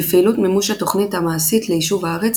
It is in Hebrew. בפעילות מימוש התוכנית המעשית ליישוב הארץ,